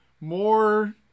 more